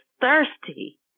thirsty